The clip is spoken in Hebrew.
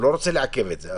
הוא לא רוצה לעכב את זה.